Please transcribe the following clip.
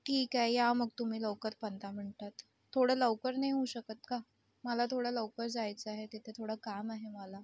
ठीक आहे या मग तुम्ही लवकर पंधरा मिनटात थोडं लवकर नाही होऊ शकत का मला थोडं लवकर जायचं आहे तिथे थोडं काम आहे मला